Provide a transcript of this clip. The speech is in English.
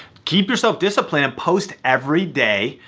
keep yourself disciplined and post everyday.